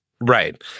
Right